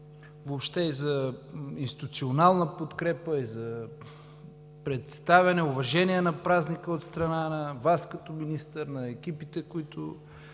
форми за институционална подкрепа за представяне, уважение на празника от страна на Вас като министър, на дирекциите, които